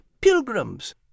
Pilgrims